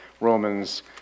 Romans